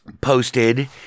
posted